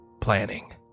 planning